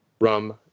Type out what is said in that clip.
rum